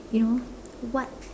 you know what